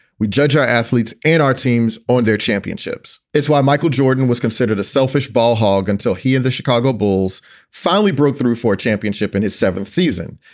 we judge our athletes and our teams on their championships. it's why michael jordan was considered a selfish ball hog until he and the chicago bulls finally broke through for a championship in his seventh season.